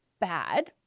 bad